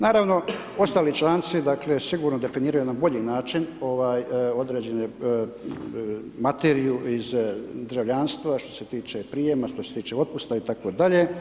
Naravno, ostali članci dakle sigurno definiraju na bolji način određene materiju iz državljanstva što se tiče prijema, što se tiče otpusta itd.